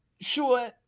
sure